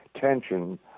tension